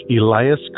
Elias